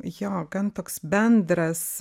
jo gan toks bendras